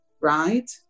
right